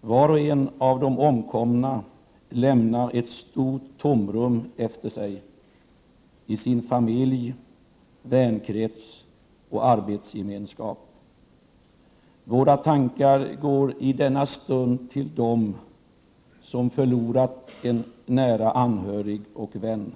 Var och en av de omkomna lämnar ett stort tomrum efter sig: i sin familj, vänkrets och arbetsgemenskap. Våra tankar går i denna stund till dem som förlorat en nära anhörig och vän.